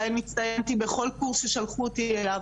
בהם הצטיינתי בכל קורס ששלחו אותי אליו